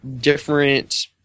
different